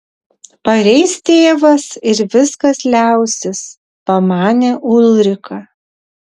pareis tėvas ir viskas liausis pamanė ulrika